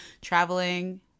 traveling